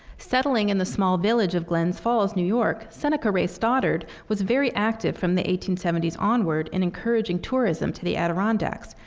settling in the small village of glens falls, new york, seneca ray stoddard was very active from the eighteen seventy s onward in encouraging tourism to the adirondacks,